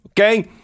okay